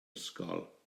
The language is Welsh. ysgol